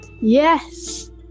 Yes